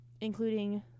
including